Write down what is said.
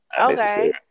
Okay